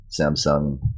Samsung